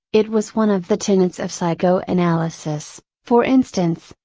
it was one of the tenets of psychoanalysis, for instance,